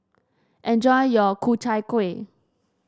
enjoy your Ku Chai Kuih